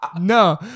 No